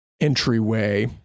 entryway